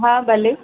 हा भले